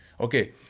Okay